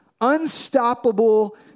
unstoppable